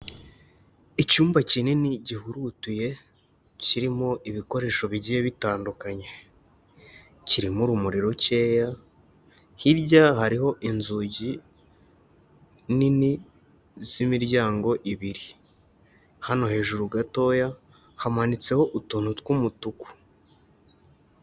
Icyumba kinini gihurutuye kirimo ibikoresho bigiye bitandukanye, kirimo urumuri rukeya, hirya hariho inzugi nini z'imiryango ibiri, hano hejuru gatoya hamanitseho utuntu tw'umutuku.